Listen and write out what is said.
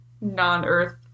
non-Earth